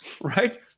right